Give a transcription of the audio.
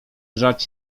grzać